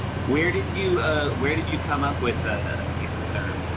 where did you ah where did you come up with ah nathan thurm,